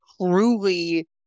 truly